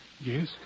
Yes